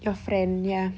your friend ya